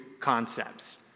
concepts